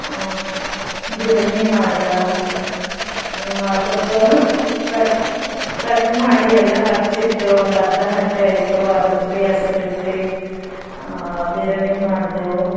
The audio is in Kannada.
ಭಿರನೆ ಮಾಡಿದೆ ಅದಕ್ಕೆ ಕಟ್ ಕಟ್ ಮಾಡಿ ಎಲ್ಲ ಹಚ್ಚಿಟ್ಟು ಒಂದು ಅರ್ಧ ಗಂಟೆ ಆಯಿತು ಅದಕ್ಕೆ ಬೇ ಹೆಸ್ರು ಇಟ್ಟು ಭಿರನೆ ಮಾಡಿದೆವು